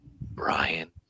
brian